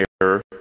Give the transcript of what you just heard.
error